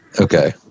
Okay